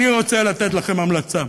אני רוצה לתת לכם המלצה,